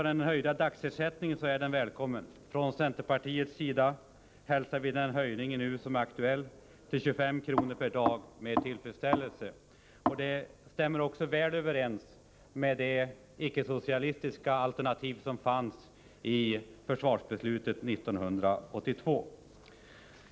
Den höjda dagsersättningen är välkommen. Från centerpartiet hälsar vi höjningen till 25 kr. per dag med tillfredsställelse. Den stämmer också väl överens med det icke-socialistiska alternativ som fanns vid försvarsbeslutet 1982.